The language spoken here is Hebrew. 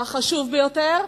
והחשוב ביותר: